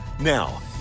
Now